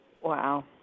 Wow